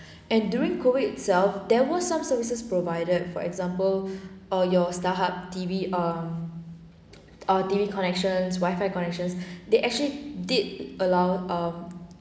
and during COVID itself there was some services provided for example err your starhub T_V ah ah T_V connections WIFI connections they actually did allow ah